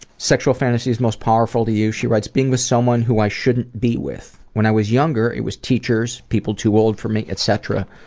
sexual fantasies most powerful to you? she writes, being with someone who i shouldn't be with. when i was younger, it was teachers, people too old for me, etc.